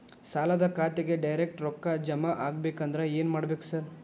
ಸಾಲದ ಖಾತೆಗೆ ಡೈರೆಕ್ಟ್ ರೊಕ್ಕಾ ಜಮಾ ಆಗ್ಬೇಕಂದ್ರ ಏನ್ ಮಾಡ್ಬೇಕ್ ಸಾರ್?